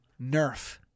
Nerf